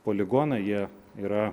poligoną jie yra